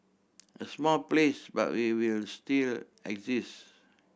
a small place but we will still exist